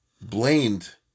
blamed